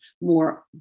more